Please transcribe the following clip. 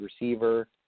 receiver